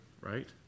right